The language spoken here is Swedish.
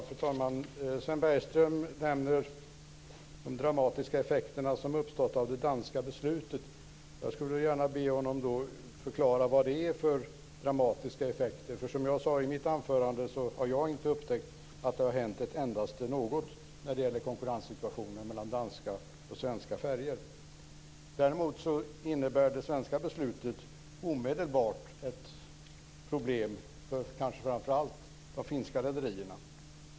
Fru talman! Sven Bergström nämner de dramatiska effekter som har uppstått av det danska beslutet. Jag skulle då gärna vilja be honom förklara vad det är för dramatiska effekter. Som jag sade i mitt anförande, har jag inte upptäckt att det har hänt ett endaste något när det gäller konkurrenssituationen mellan danska och svenska färjor. Däremot innebär det svenska beslutet omedelbart ett problem, för kanske framför allt de finska rederierna.